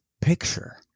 picture